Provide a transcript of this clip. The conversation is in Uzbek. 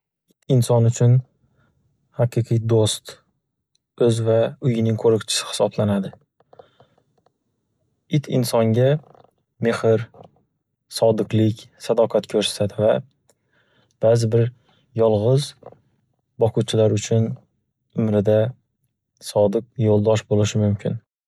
It inson uchun haqiqiy do'st, o'z va uyining qo'ruqchisi hisoblanadi. It insonga mehr, sodiqlik, sadoqat ko'rsatadi va ba'zi bir yolg'iz boquvchilar uchun umrida sodiq yo'ldosh bo'lishi mumkin.